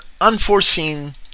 unforeseen